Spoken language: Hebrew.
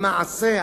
למעשה,